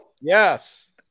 yes